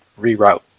reroute